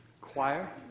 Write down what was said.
choir